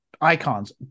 icons